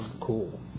cool